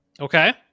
Okay